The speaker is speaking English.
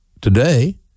today